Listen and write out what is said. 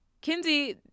kinsey